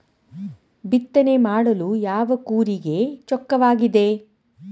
ಬಿತ್ತನೆ ಮಾಡಲು ಯಾವ ಕೂರಿಗೆ ಚೊಕ್ಕವಾಗಿದೆ?